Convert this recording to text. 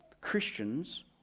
Christians